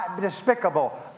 despicable